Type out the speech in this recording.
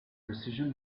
precision